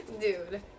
Dude